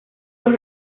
los